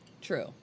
True